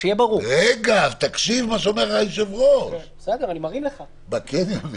בקניונים